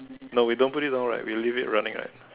no we don't put it down right we'll leave it running right